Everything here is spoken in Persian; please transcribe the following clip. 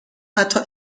حتی